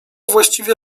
właściwie